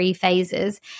phases